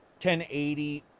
1080